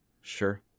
Sure